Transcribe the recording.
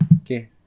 Okay